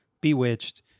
Bewitched